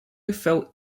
fell